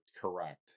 correct